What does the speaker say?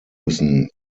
müssen